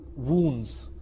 wounds